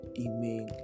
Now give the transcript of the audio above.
Amen